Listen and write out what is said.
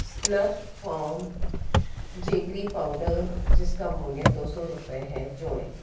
Slurrp Farm jaggery powder जिसका मूल्य दो सौ रुपये है जोड़ें